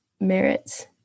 merits